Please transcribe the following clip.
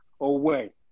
away